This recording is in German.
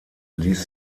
ließ